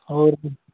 ਹੋਰ ਕੀ